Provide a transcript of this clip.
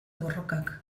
borrokak